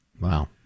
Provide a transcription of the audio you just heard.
Wow